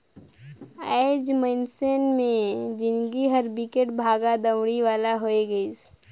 आएज मइनसे मे जिनगी हर बिकट भागा दउड़ी वाला होये गइसे